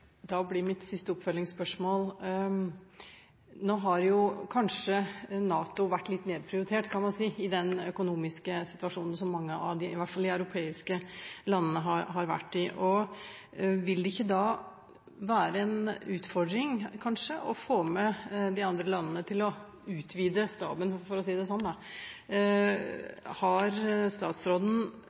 Da blir mine siste oppfølgingsspørsmål: Nå har kanskje NATO vært litt nedprioritert, kan man si, i den økonomiske situasjonen som mange av i hvert fall de europeiske landene har vært i. Vil det ikke da kanskje være en utfordring å få med de andre landene til å utvide staben, for å si det sånn? Har statsråden